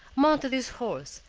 mounted his horse,